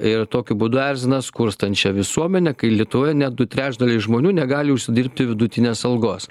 ir tokiu būdu erzina skurstančią visuomenę kai lietuvoje net du trečdaliai žmonių negali užsidirbti vidutinės algos